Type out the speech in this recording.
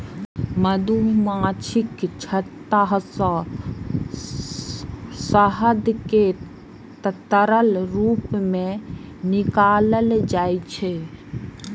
मधुमाछीक छत्ता सं शहद कें तरल रूप मे निकालल जाइ छै